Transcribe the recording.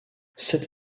sept